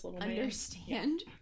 understand